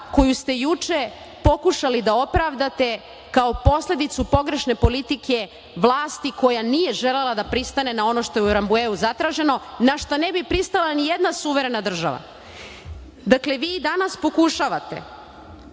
koju ste juče pokušali da opravdate kao posledicu pogrešne politike vlasti koja nije želela da pristane na ono što je u Rambujeu zatraženo, na šta ne bi pristala ni jedna suverena država. Dakle, vi danas pokušavate